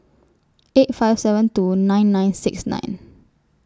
eight five seven two nine nine six nine